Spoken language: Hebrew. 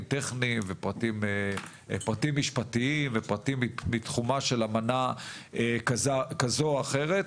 טכניים ופרטים משפטיים ופרטים מתחומה של אמנה כזו או אחרת.